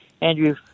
Andrew